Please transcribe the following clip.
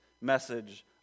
message